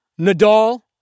nadal